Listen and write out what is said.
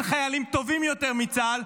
אין חיילים טובים יותר מצה"ל,